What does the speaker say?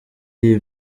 iyi